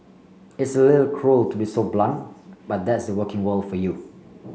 it's a little cruel to be so blunt but that's the working world for you